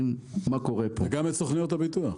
וגם את סוכנויות הביטוח.